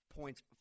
points